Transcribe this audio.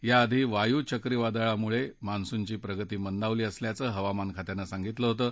याआधी वायू चक्रीवादळामुळे मान्सूनची प्रगती मंदावली असल्याचं हवामान खात्यानं सांगितलं होतं